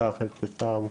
אותך אבתיסאם,